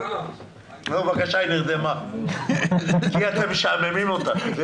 בבקשה, היא נרדמה כי אתם משעממים אותה...